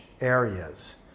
areas